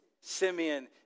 Simeon